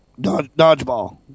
dodgeball